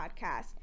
Podcast